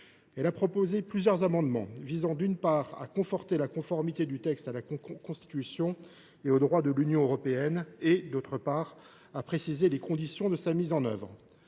Elle a proposé plusieurs amendements visant, d’une part, à conforter la conformité du texte à la Constitution et au droit de l’Union européenne et, d’autre part, à préciser les conditions de sa mise en œuvre.